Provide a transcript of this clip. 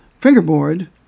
fingerboard